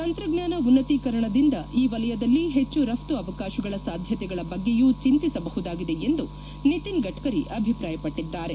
ತಂತ್ರಜ್ಞಾನ ಉನ್ನತೀಕರಣದಿಂದ ಈ ವಲಯದಲ್ಲಿ ಹೆಚ್ಚು ರಫ್ತು ಅವಕಾಶಗಳ ಸಾಧ್ನತೆಗಳ ಬಗ್ಗೆಯೂ ಚೆಂತಿಸಬಹುದಾಗಿದೆ ಎಂದು ನಿತಿನ್ ಗಡ್ಡರಿ ಅಭಿಪ್ರಾಯಪಟ್ಟಿದ್ದಾರೆ